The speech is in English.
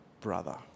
brother